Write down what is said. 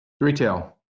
Retail